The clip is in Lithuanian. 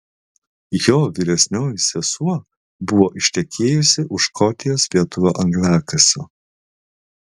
jo vyresnioji sesuo buvo ištekėjusi už škotijos lietuvio angliakasio